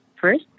first